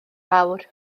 fawr